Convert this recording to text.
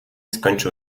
skończył